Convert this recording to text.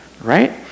right